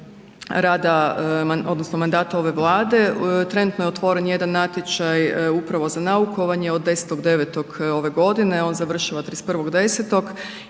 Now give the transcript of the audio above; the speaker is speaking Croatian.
odnosno mandata ove Vlade, trenutno je otvoren jedan natječaj upravo za naukovanje od 10. 9. ove godine, on završava 31. 10.